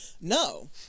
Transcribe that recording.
No